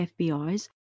FBI's